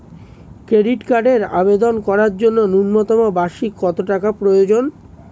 Credit কার্ডের আবেদন করার জন্য ন্যূনতম বার্ষিক কত টাকা প্রয়োজন?